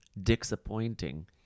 disappointing